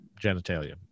genitalia